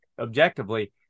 objectively